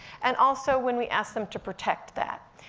and also when we ask them to protect that.